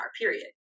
period